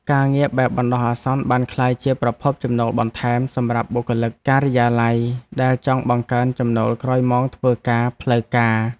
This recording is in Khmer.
ការងារបែបបណ្ដោះអាសន្នបានក្លាយជាប្រភពចំណូលបន្ថែមសម្រាប់បុគ្គលិកការិយាល័យដែលចង់បង្កើនចំណូលក្រោយម៉ោងធ្វើការផ្លូវការ។